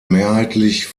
mehrheitlich